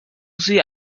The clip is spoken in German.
sie